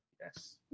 yes